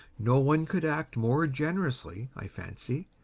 no one could act more generously, i fancy,